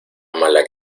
mala